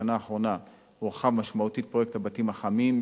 בשנה האחרונה הורחב משמעותית פרויקט "הבתים החמים",